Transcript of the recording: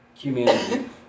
community